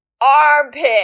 Armpit